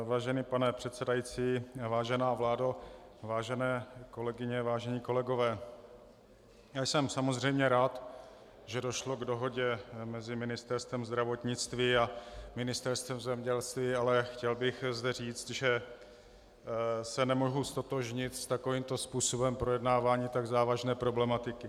Vážený pane předsedající, vážená vládo, vážené kolegyně, vážení kolegové, jsem samozřejmě rád, že došlo k dohodě mezi Ministerstvem zdravotnictví a Ministerstvem zemědělství, ale chtěl bych zde říct, že se nemohu ztotožnit s takovýmto způsobem projednávání tak závažné problematiky.